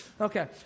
Okay